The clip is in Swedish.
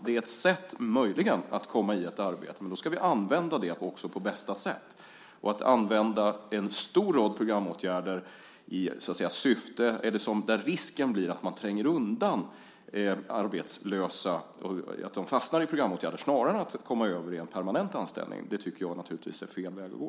Möjligen är det ett sätt att komma i arbete, men då ska vi också använda det på bästa sätt. Att använda en lång rad programåtgärder där risken blir att man tränger undan arbetslösa så att de fastnar i programåtgärder snarare än att de kommer över i en permanent anställning tycker jag naturligtvis är fel väg att gå.